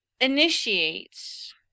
Initiates